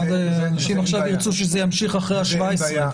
אנשים עכשיו ירצו שזה ימשיך אחרי ה-17.